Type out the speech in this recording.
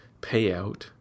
payout